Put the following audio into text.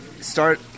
start